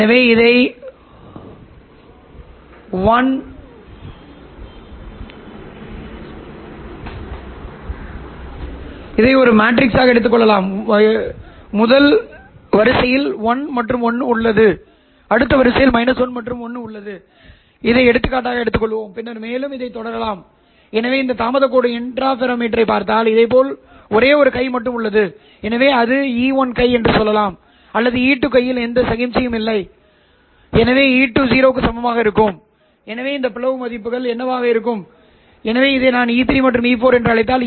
எனவே இதை 1 1 −1 1 எங்கள் எடுத்துக்காட்டுக்கு எடுத்துக்கொள்வோம் பின்னர் மேலும் தொடரலாம் எனவே இங்கே இந்த தாமதக் கோடு இன்டர்ஃபெரோமீட்டரைப் பார்த்தால் இதேபோல் ஒரே ஒரு கை மட்டுமே உள்ளது எனவே அது E1 கை என்று சொல்லலாம் உள்ளது E2 கையில் எந்த சமிக்ஞையும் இல்லை எனவே E2 0 க்கு சமமாக இருக்கும் எனவே இங்கே பிளவு மதிப்புகள் என்னவாக இருக்கும் எனவே இதை நான் E3 மற்றும் E4 என்று அழைத்தால்